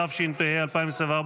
התשפ"ה 2024,